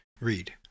read